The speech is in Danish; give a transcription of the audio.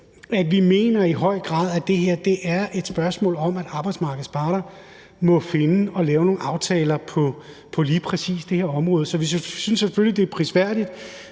Vi mener i høj grad, at det her er et spørgsmål om, at arbejdsmarkedets parter må finde og lave nogle aftaler på lige præcis det her område. Vi synes selvfølgelig, det er prisværdigt